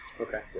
Okay